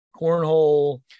cornhole